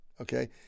Okay